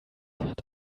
hat